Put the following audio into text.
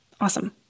awesome